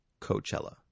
Coachella